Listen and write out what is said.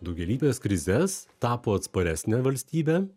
daugialypes krizes tapo atsparesne valstybe